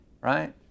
right